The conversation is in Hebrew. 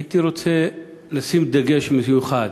הייתי רוצה לשים דגש מיוחד,